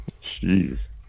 Jeez